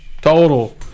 Total